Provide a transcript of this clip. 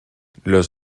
los